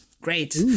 great